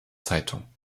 zeitung